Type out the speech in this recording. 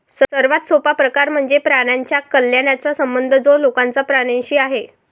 सर्वात सोपा प्रकार म्हणजे प्राण्यांच्या कल्याणाचा संबंध जो लोकांचा प्राण्यांशी आहे